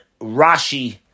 Rashi